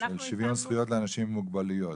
של שוויון זכויות לאנשים עם מוגבלויות.